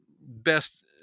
best